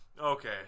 Okay